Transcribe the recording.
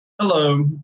Hello